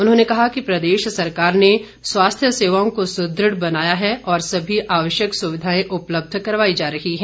उन्होंने कहा कि प्रदेश सरकार ने स्वास्थ्य सेवाओं को सुदृढ़ बनाया है और सभी आवश्यक सुविधाएं उपलब्ध करवाई जा रही है